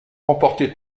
remporté